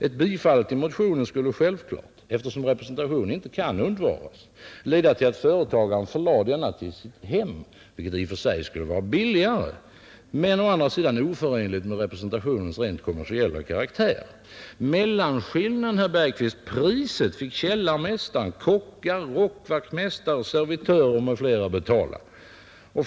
Ett bifall till motionen skulle självklart, eftersom representation inte kan undvaras, leda till att företagaren förlade denna till sitt hem, vilket i och för sig skulle vara billigare men å andra sidan oförenligt med representationens rent kommersiella karaktär. Mellanskillnaden, priset, finge källarmästare, kockar, rockvaktmästare och servitörer m.fl. betala, herr Bergqvist.